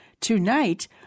Tonight